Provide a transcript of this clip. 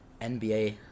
NBA –